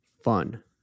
fun